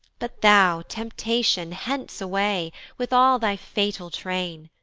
but thou! temptation hence away, with all thy fatal train,